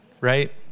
right